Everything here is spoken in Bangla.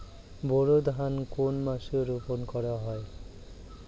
বোরো ধান কোন মাসে রোপণ করা হয়?